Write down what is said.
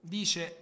dice